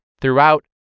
throughout